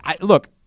Look